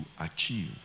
achieve